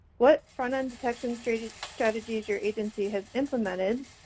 what front-end detection strategies strategies your agency has implemented,